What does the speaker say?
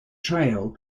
trail